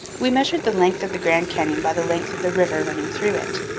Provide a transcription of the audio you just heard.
we measured the length of the grand canyon by the length of the river running through it,